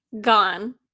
gone